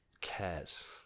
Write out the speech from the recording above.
cares